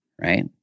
Right